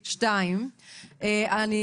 2 נגד,